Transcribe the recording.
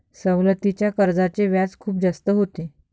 सवलतीच्या कर्जाचे व्याज खूप जास्त होते